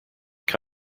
chi